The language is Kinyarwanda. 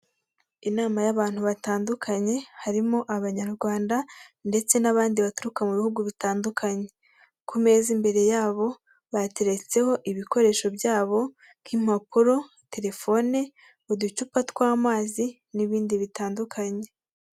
Inama y'abantu batandukanye harimo abanyarwanda ndetse n'abandi baturuka mu bihugu bitandukanye. Ku meza imbere yabo bateretseho ibikoresho byabo nk'impapuro telefone mu ducupa tw'amazi n'ibindi bitandukanye.